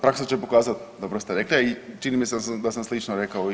Praksa će pokazati dobro ste rekli, a i čini mi se da sam slično rekao i ja.